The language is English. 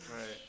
Right